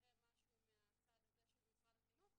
שיקרה משהו מהצד הזה של משרד החינוך,